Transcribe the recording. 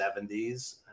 70s